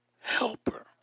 helper